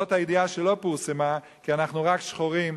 זאת הידיעה שלא פורסמה: כי אנחנו רק שחורים,